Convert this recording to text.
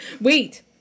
Wait